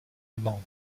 allemande